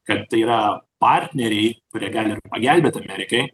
kad tai yra partneriai kurie gali ir pagelbėt amerikai